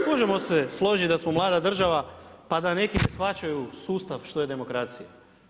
Možemo se složiti da smo mlada država pa da neki ne shvaćaju sustav što je demokracija.